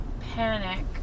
panic